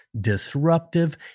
disruptive